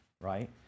right